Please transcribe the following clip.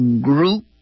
group